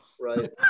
Right